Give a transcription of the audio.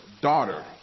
Daughter